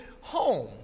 home